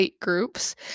groups